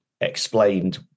explained